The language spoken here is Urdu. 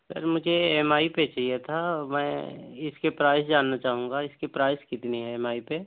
سر مجھے اے ایم آئی پہ چاہیے تھا میں اس کے پرائس جاننا چاہوں گا اس کی پرائس کتنی ہے ایم آئی پہ